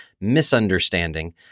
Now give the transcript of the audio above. misunderstanding